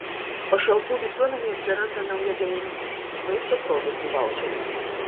pašalpų visuomenei atsiranda nauja galimybė maisto produktų vaučeriai